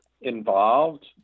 involved